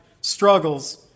struggles